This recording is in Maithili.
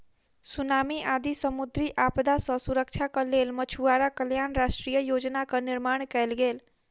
सुनामी आदि समुद्री आपदा सॅ सुरक्षाक लेल मछुआरा कल्याण राष्ट्रीय योजनाक निर्माण कयल गेल